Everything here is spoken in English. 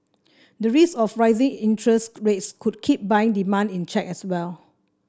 the risk of rising interest rates could keep buying demand in check as well